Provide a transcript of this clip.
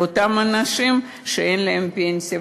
לאותם אנשים שאין להם פנסיה.